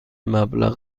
مبلغ